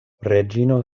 reĝino